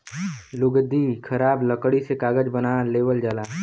लुगदी खराब लकड़ी से कागज बना लेवल जाला